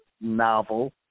novel